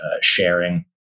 sharing